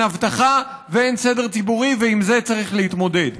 אין אבטחה ואין סדר ציבורי ועם זה צריך להתמודד.